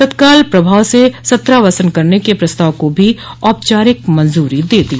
तत्काल प्रभाव से सत्रावसान करने के प्रस्ताव को भी औपचारिक मंजूरी दे दी